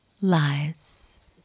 Lies